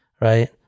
right